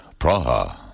Praha